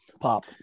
pop